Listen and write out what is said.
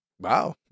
Wow